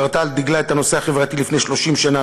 חרתה על דגלה את הנושא החברתי לפני 30 שנה,